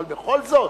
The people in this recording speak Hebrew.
אבל בכל זאת,